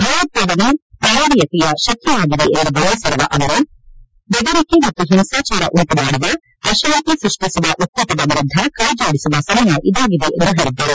ಭಯೋತ್ವಾದನೆ ಮಾನವೀಯತೆಯ ಶತ್ರುವಾಗಿದೆ ಎಂದು ಬಣ್ಣಿಸಿರುವ ಅವರು ಬೆದರಿಕೆ ಮತ್ತು ಹಿಂಸಾಚಾರ ಉಂಟು ಮಾಡುವ ಅಶಾಂತಿ ಸೃಷ್ಟಿಸುವ ಒಕ್ಕೂಟದ ವಿರುದ್ದ ಕೈಜೋಡಿಸುವ ಸಮಯ ಇದಾಗಿದೆ ಎಂದು ಹೇಳಿದ್ದಾರೆ